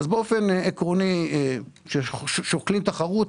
שבאופן עקרוני שוקלים תחרות,